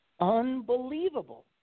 Unbelievable